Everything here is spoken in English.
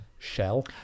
shell